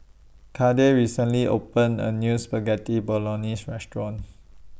Cade recently opened A New Spaghetti Bolognese Restaurant